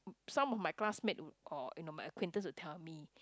some of my classmate of my acquaintance will tell me